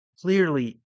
clearly